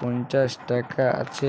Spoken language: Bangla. পঞ্চাশ টাকা আছে?